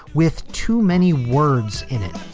with too many words in it